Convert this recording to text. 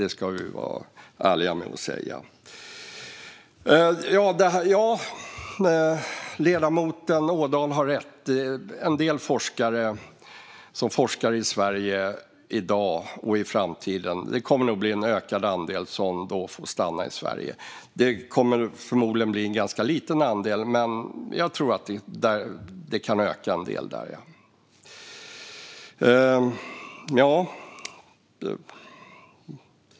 Det ska vi vara ärliga med att säga. Ledamoten Ådahl har rätt i att en ökad andel forskare som forskar i Sverige i dag och i framtiden nog kommer att få stanna här. Det blir förmodligen ganska få, men jag tror att andelen kan öka en del.